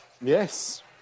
Yes